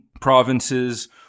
provinces